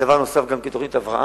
כדבר נוסף גם כתוכנית הבראה.